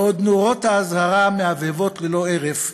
בעוד נורות האזהרה מהבהבות ללא הרף,